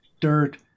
dirt